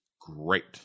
great